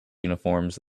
uniforms